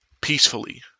peacefully